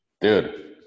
dude